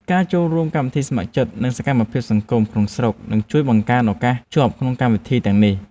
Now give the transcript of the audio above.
ការចូលរួមក្នុងកម្មវិធីស្ម័គ្រចិត្តនិងសកម្មភាពសង្គមក្នុងស្រុកនឹងជួយបង្កើនឱកាសជាប់ក្នុងកម្មវិធីទាំងនេះ។